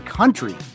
country